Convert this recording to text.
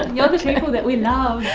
yeah the people that we love.